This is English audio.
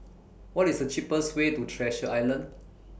What IS The cheapest Way to Treasure Island